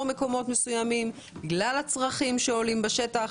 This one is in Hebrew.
מקומות מסוימים בגלל הצרכים שעולים בשטח